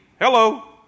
hello